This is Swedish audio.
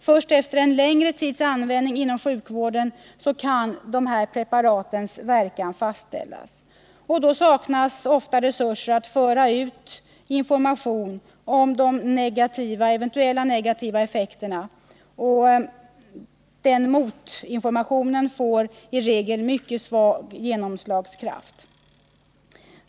Först efter en längre tids användning inom sjukvården kan dessa preparats verkan fastställas. Då saknas emellertid ofta resurser att föra ut information om eventuella negativa effekter, och motinformationen får i regel mycket svag genomslagskraft.